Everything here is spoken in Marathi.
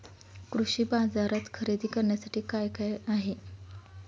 कृषी बाजारात खरेदी करण्यासाठी काय काय आहे?